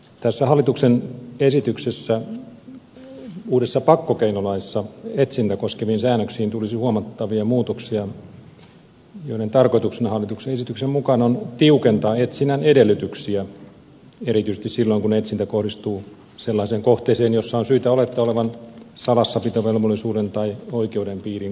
tässä hallituksen esityksessä uudessa pakkokeinolaissa etsintään koskeviin säännöksiin tulisi huomattavia muutoksia joiden tarkoituksena hallituksen esityksen mukaan on tiukentaa etsinnän edellytyksiä erityisesti silloin kun etsintä kohdistuu sellaiseen kohteeseen jossa on syytä olettaa olevan salassapitovelvollisuuden tai oikeuden piiriin kuuluvaa tietoa